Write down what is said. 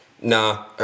nah